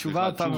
תשובה אתה נותן.